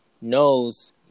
knows